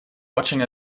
watching